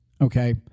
okay